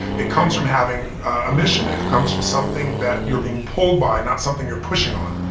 it comes from having a mission. it comes from something that you're being pulled by, not something you're pushing on.